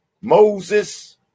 Moses